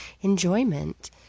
enjoyment